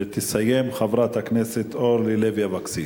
ותסיים חברת הכנסת אורלי לוי אבקסיס.